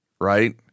Right